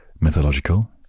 mythological